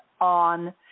on